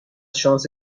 شانس